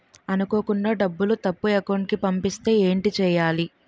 అనుకోకుండా డబ్బులు తప్పు అకౌంట్ కి పంపిస్తే ఏంటి చెయ్యాలి?